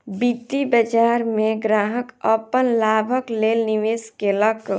वित्तीय बाजार में ग्राहक अपन लाभक लेल निवेश केलक